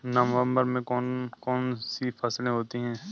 नवंबर में कौन कौन सी फसलें होती हैं?